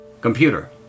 Computer